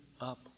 up